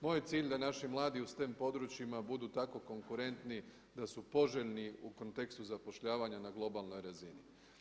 Moj je cilj da naši mladi u sten područjima budu tako konkurentni da su poželjni u kontekstu zapošljavanja na globalnoj razini.